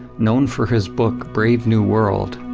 known for his book brave new world,